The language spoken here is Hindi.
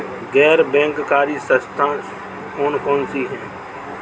गैर बैंककारी संस्थाएँ कौन कौन सी हैं?